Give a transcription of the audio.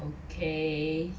okay